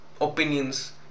opinions